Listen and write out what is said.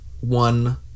one